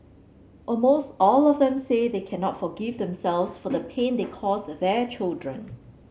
almost all of them say they cannot forgive themselves for the pain they cause their children